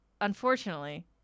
unfortunately